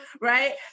right